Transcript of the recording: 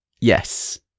yes